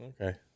Okay